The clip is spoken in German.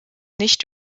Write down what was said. nicht